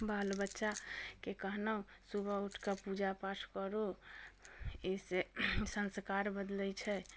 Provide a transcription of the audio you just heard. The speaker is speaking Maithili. बाल बच्चाके कहनौ सुबह उठि कऽ पूजा पाठ करू ई से संस्कार बदलै छै